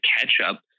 catch-up